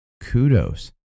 Kudos